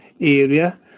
area